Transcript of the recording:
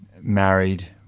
married